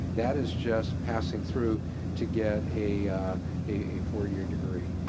that is just passing through to get a a four year degree.